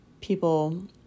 people